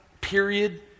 period